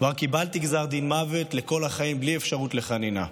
כבר קיבלתי גזר דין מוות לכל החיים בלי אפשרות לחנינה.